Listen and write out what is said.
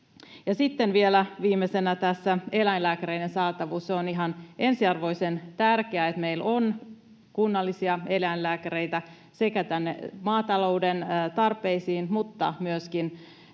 Sitten vielä viimeisenä tässä eläinlääkäreiden saatavuus. On ihan ensiarvoisen tärkeää, että meillä on kunnallisia eläinlääkäreitä sekä tänne maatalouden tarpeisiin että myöskin